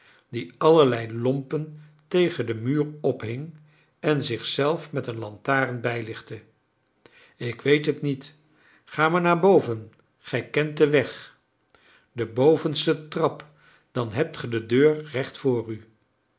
die allerlei lompen tegen den muur ophing en zichzelf met een lantaarn bijlichtte ik weet het niet ga maar naar boven gij kent den weg de bovenste trap dan hebt ge de deur recht voor u